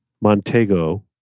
Montego